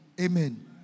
Amen